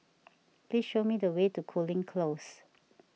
please show me the way to Cooling Close